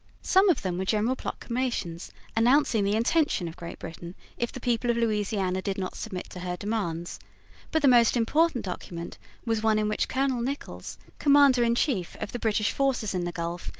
some of them were general proclamations announcing the intention of great britain if the people of louisiana did not submit to her demands but the most important document was one in which colonel nichols, commander-in-chief of the british forces in the gulf,